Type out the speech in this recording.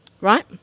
right